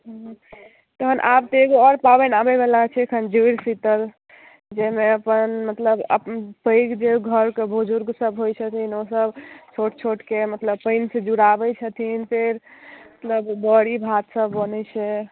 हँ तखन एक आओर पाबनि आबयवला छै जूड़शीतल जाहिमे अपन मतलब पैघ जे घरके बुजुर्गसभ होइत छथिन ओसभ छोट छोटकेँ मतलब पानिसँ जुड़ाबैत छथिन फेर मतलब बड़ी भातसभ बनैत छै